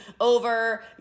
over